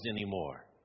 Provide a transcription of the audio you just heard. anymore